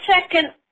second